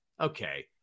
okay